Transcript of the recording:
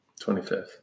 25th